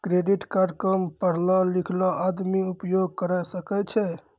Credit card काम पढलो लिखलो आदमी उपयोग करे सकय छै?